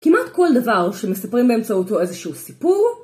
כמעט כל דבר שמספרים באמצעותו איזשהו סיפור